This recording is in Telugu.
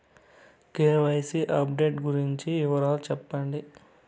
కె.వై.సి అప్డేట్ గురించి వివరాలు సెప్పండి?